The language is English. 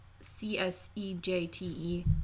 C-S-E-J-T-E